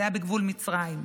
זה היה בגבול מצרים.